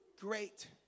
great